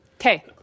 Okay